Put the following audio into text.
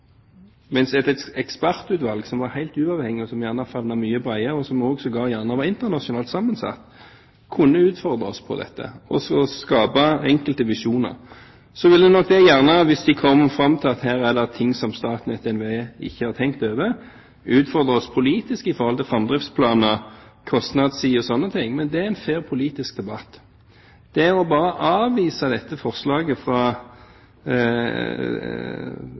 mens et ekspertutvalg, som var helt uavhengig, som gjerne favnet mye bredere, og som også gjerne var internasjonalt sammensatt, kunne utfordres på dette og skape enkelte visjoner. Det ville nok gjerne, hvis det kom fram til at det her var ting som Statnett og NVE ikke hadde tenkt over, utfordre oss politisk når det gjaldt framdriftsplaner, kostnadssiden og sånne ting. Men det er en fair politisk debatt. Det å bare avvise dette forslaget – opprinnelig fra